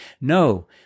No